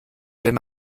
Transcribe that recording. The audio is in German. wenn